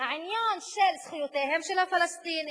העניין של זכויותיהם של הפלסטינים,